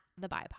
thebipod